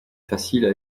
facile